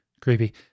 Creepy